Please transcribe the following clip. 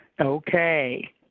Okay